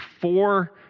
four